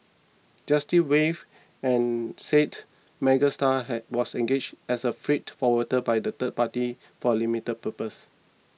justice Wave and said Megastar had was engaged as a freight forwarder by the third party for a limited purpose